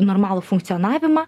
normalų funkcionavimą